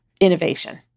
innovation